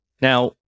Now